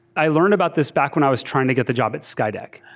i learned about this back when i was trying to get the job at skydeck.